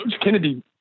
Kennedy